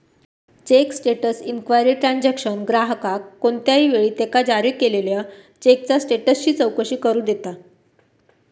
check status inquiry transaction ग्राहकाक कोणत्याही वेळी त्यांका जारी केलेल्यो चेकचा स्टेटसची चौकशी करू देता